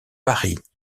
paris